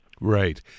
Right